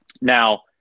Now